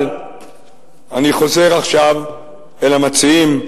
אבל אני חוזר עכשיו אל המציעים,